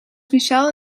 michel